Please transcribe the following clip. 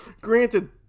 Granted